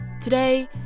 Today